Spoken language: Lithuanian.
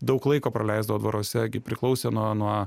daug laiko praleisdavo dvaruose gi priklausė nuo nuo